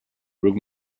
brook